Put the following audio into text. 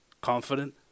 confident